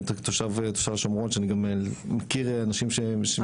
תושב השומרון שאני גם מכיר אנשים שמתמודדים.